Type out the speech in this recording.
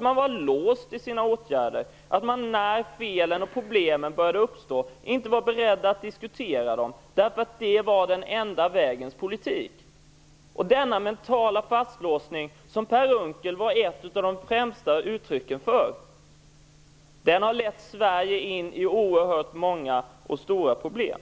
Man var låst i sina åtgärder, och när felen och problemen började uppstå var man inte beredd att diskutera dem eftersom det var den enda vägens politik. Denna mentala fastlåsning, som Per Unckel var ett av de främsta exemplen på, har lett Sverige in i oerhört många och stora problem.